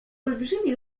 olbrzymi